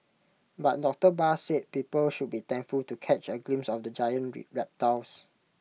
but doctor Barr said people should be thankful to catch A glimpse of the giant reptiles